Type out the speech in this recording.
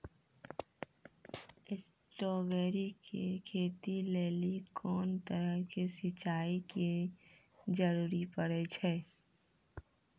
Strawberry के खेती लेली कोंन तरह के सिंचाई के जरूरी पड़े छै?